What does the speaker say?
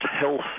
health